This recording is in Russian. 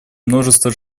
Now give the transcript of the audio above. множество